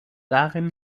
darin